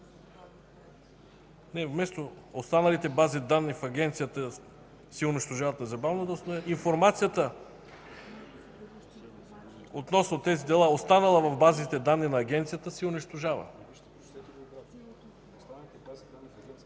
бъде. Вместо „Останалите бази данни в Агенцията се унищожават незабавно“, да стане „Информацията относно тези дела, останала в базите данни на Агенцията, се унищожава“.